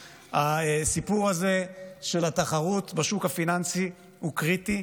פשוט: הסיפור הזה של התחרות בשוק הפיננסי הוא קריטי,